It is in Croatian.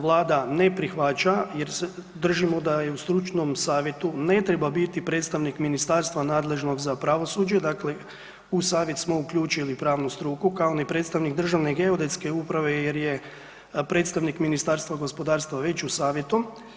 Vlada ne prihvaća jer se, držimo da je u stručnom savjetu ne treba niti predstavnik ministarstva nadležnog za pravosuđe, dakle u savjet smo uključili pravnu struku kao ni predstavnik Državne geodetske uprave jer je predstavnik Ministarstva gospodarstva već u savjetu.